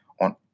On